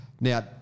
Now